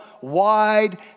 wide